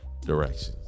directions